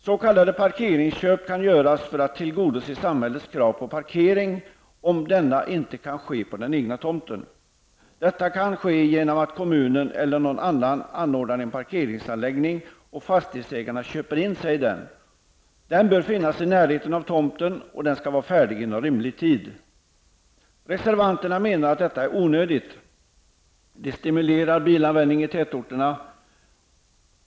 S.k. parkeringsköp kan göras för att tillgodose samhällets krav på parkering, om denna inte kan ske på den egna tomten. Detta kan åstadkommas genom att kommunen eller någon annan ordnar med en parkeringsanläggning, varefter fastighetsägarna köper in sig. Anläggningen bör finnas i närheten av tomten, och den skall vara färdig inom rimlig tid. Reservanterna menar att detta är onödigt. Det stimulerar bilanvändning i tätorterna.